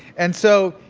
and so,